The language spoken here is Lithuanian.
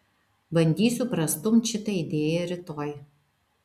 bandysiu prastumt šitą idėją rytoj